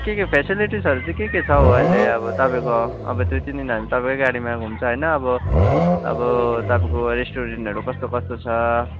के के फेसिलिटिजहरू चाहिँ के के छ हौ अहिले अब तपाईँको अब दुई तिन दिन हामी तपाईँकै गाडीमा घुम्छ होइन अब अब तपाईँको रेस्ट्रुरेन्टहरू कस्तो कस्तो छ